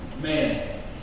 man